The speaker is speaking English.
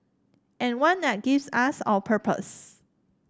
and one that gives us our purpose